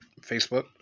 Facebook